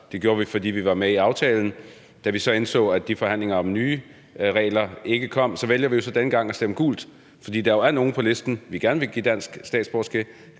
det gjorde vi, fordi vi var med i aftalen. Da vi så indså, at de forhandlinger om nye regler ikke kommer, har vi så valgt denne gang at stemme gult. For der er jo nogle på listen, vi gerne vil give dansk statsborgerskab